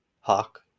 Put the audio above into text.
Hawk